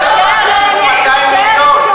לא, הוסיפו 200 מיליון.